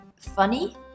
funny